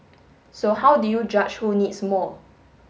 so how do you judge who needs more